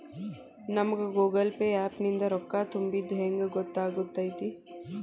ನಮಗ Google Pay app ನಿಂದ ರೊಕ್ಕಾ ತುಂಬಿದ್ದ ಹೆಂಗ್ ಗೊತ್ತ್ ಆಗತೈತಿ?